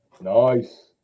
Nice